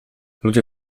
ludzie